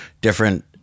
different